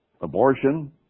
abortion